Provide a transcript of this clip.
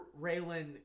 Raylan